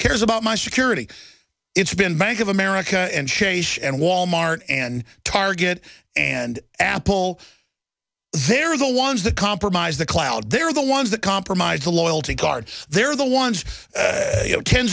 cares about my security it's been bank of america and change and wal mart and target and apple they're the ones that compromised the cloud they're the ones that compromised the loyalty card they're the ones